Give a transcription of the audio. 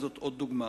זאת עוד דוגמה.